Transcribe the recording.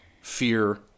fear